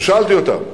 ושאלתי אותם: